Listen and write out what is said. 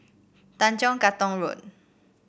Tanjong Katong Road